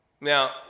Now